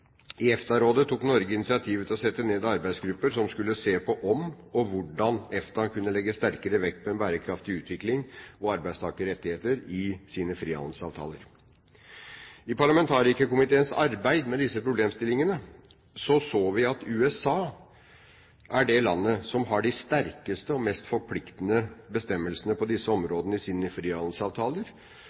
I EFTA-rådet tok Norge initiativet til å sette ned arbeidsgrupper som skulle se på om og hvordan EFTA kunne legge sterkere vekt på en bærekraftig utvikling og arbeidstakerrettigheter i sine frihandelsavtaler. I parlamentarikerkomiteens arbeid med disse problemstillingene så vi at USA er det landet som har de sterkeste og mest forpliktende bestemmelsene på disse områdene i sine frihandelsavtaler.